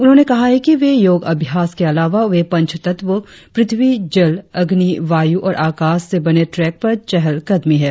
उन्होंने कहा है कि वे योगाभ्यास के अलावा वे पंचतत्वों प्रथ्वी जल अग्नि वायु और आकाश से बने ट्रैक पर चहलकदमी है